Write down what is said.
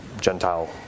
Gentile